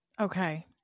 Okay